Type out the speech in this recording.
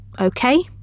okay